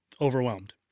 overwhelmed